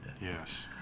Yes